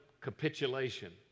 capitulation